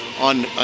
On